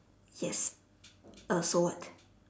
yes uh so what